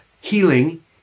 healing